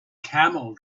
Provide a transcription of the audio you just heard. camel